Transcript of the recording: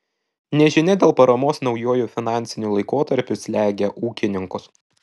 nežinia dėl paramos naujuoju finansiniu laikotarpiu slegia ūkininkus